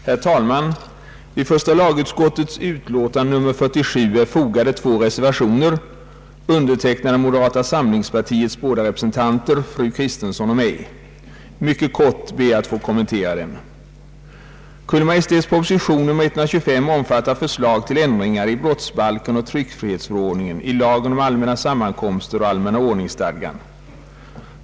Herr talman! Till första lagutskottets utlåtande nr 47 är fogade två reservationer undertecknade av moderata samlingspartiets båda representanter, fru Kristensson och mig. Mycket kort ber jag att få kommentera dem. Kungl. Maj:ts proposition nr 125 omfattar förslag till ändringar i brottsbalken, i tryckfrihetsförordningen, i lagen om allmänna sammankomster och allmänna ordningsstadgan.